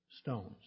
stones